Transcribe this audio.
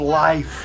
life